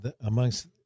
amongst